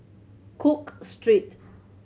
Cook Street